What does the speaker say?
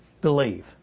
believe